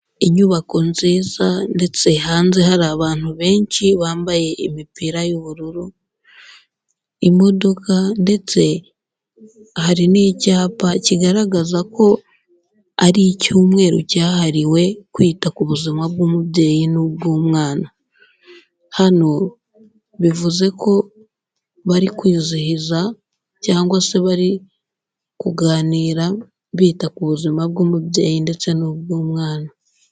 Inyubako nziza ndetse hanze hari abantu benshi bambaye imipira y'ubururu, imodoka ndetse hari n'icyapa kigaragaza ko ari icyumweru cyahariwe kwita ku buzima bw'umubyeyi n'ubw'umwana, hano bivuze ko bari kwizihiza cyangwa se bari kuganira, bita ku buzima bw'umubyeyi ndetse n'ubw'umwana.